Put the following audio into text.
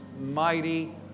mighty